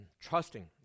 trusting